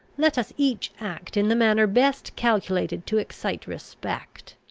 let us each act in the manner best calculated to excite respect.